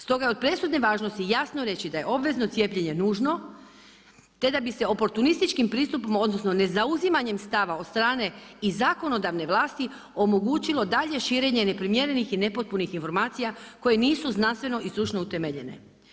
Stoga je od presudne važnosti jasno reći da je obvezno cijepljenje nužno te da bi se oportunističkim pristupom odnosno ne zauzimanjem stava od strane i zakonodavne vlasti omogućilo dalje širenje neprimjerenih i nepotpunih informacija koje nisu znanstveno i stručno utemeljene.